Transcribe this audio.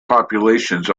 populations